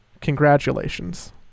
Congratulations